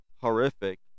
horrific